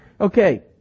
Okay